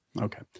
Okay